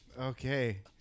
Okay